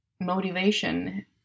motivation